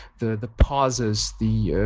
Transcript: the the pauses, the yeah